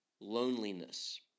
loneliness